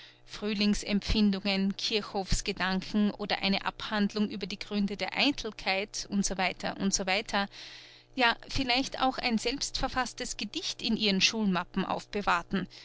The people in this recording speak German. frühlingsempfindungen kirchhofsgedanken oder eine abhandlung über die gründe der eitelkeit u s w u s w ja vielleicht auch ein selbstverfaßtes gedicht in ihren schulmappen aufbewahrten